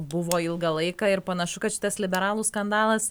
buvo ilgą laiką ir panašu kad šitas liberalų skandalas